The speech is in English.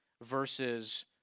versus